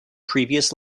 previous